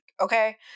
okay